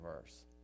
verse